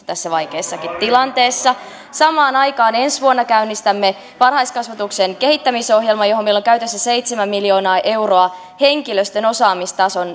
tässä vaikeassakin tilanteessa samaan aikaan ensi vuonna käynnistämme varhaiskasvatuksen kehittämisohjelman johon meillä on käytettävissä seitsemän miljoonaa euroa henkilöstön osaamistason